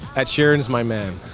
ed sheeran is my man.